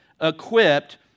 equipped